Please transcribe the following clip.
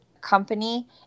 company